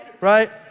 right